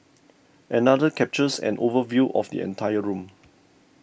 another captures an overview of the entire room